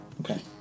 Okay